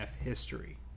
history